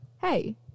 hey